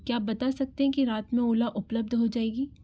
क्या आप बता सकते हैं कि रात में ओला उपलब्ध हो जाएगी